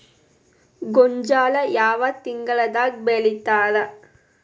ಗೋಂಜಾಳ ಯಾವ ತಿಂಗಳದಾಗ್ ಬೆಳಿತಾರ?